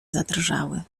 zadrżały